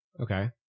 Okay